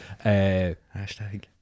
Hashtag